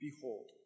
Behold